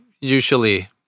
usually